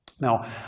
Now